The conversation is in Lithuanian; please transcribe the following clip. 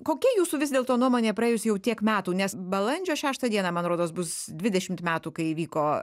kokia jūsų vis dėlto nuomonė praėjus jau tiek metų nes balandžio šeštą dieną man rodos bus dvidešimt metų kai įvyko